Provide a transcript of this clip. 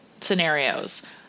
scenarios